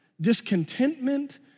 discontentment